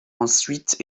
ensuite